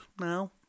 now